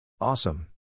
Awesome